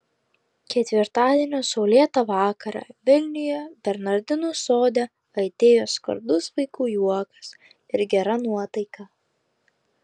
ketvirtadienio saulėtą vakarą vilniuje bernardinų sode aidėjo skardus vaikų juokas ir gera nuotaika